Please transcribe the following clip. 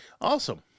Awesome